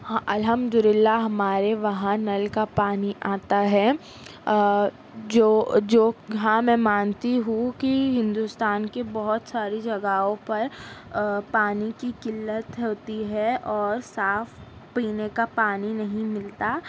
ہاں الحمد اللہ ہمارے وہاں نل کا پانی آتا ہے جو جو ہاں میں مانتی ہوں کہ ہندوستان کی بہت ساری جگہوں پر پانی کی قلت ہوتی ہے اور صاف پینے کا پانی نہیں ملتا